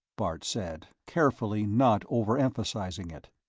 bart said, carefully not overemphasizing it.